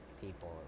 People